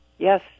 Yes